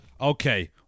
Okay